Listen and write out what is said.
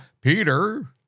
Peter